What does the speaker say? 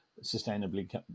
sustainably